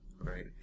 right